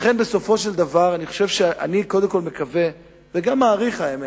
לכן אני קודם כול מקווה, וגם מעריך, האמת,